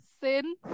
sin